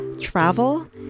travel